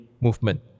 movement